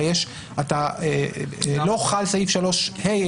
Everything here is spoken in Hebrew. לא חל סעיף 3ה,